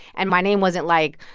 and my name wasn't, like,